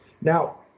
Now